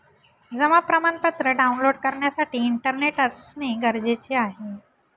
जमा प्रमाणपत्र डाऊनलोड करण्यासाठी इंटरनेट असणे गरजेचे आहे